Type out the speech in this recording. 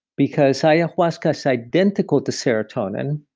because ayahuasca's identical to serotonin.